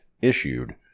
issued